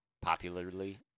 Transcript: popularly